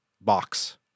box